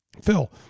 Phil